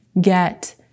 get